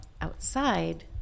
outside